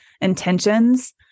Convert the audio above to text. intentions